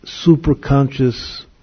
superconscious